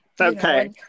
Okay